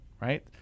right